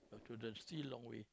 to the see long way